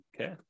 Okay